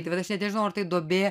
ta prasme nežinau ar tai duobė